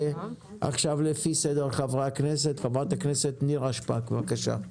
לפי סדר חברי הכנסת, חברת הכנסת נירה שפק, בבקשה.